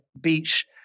beach